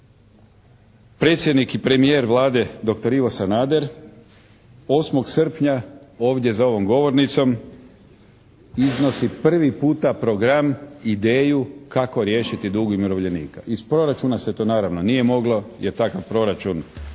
predsjednik i premijer Vlade doktor Ivo Sanader 8. srpnja ovdje za ovom govornicom iznosi prvi puta program, ideju kako riješiti dug umirovljenika. Iz proračuna se to naravno nije moglo jer takav proračun